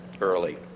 early